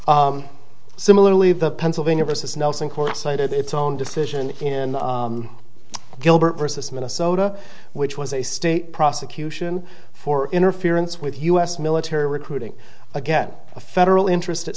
similarly the pennsylvania versus nelson court cited its own decision in gilbert versus minnesota which was a state prosecution for interference with u s military recruiting again a federal interest at